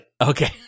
Okay